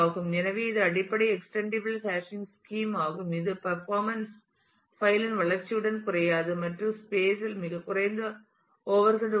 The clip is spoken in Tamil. எனவே இது அடிப்படை எக்ஸ்டென்ட்டபிள் ஹேஷிங் ஸ்கீம் ஆகும் இதில் பர்ஃபாமென்ஸ் பைல் இன் வளர்ச்சியுடன் குறையாது மற்றும் ஸ்பேஸ் இன் மிகக் குறைந்த ஓவர் ஹெட் உள்ளது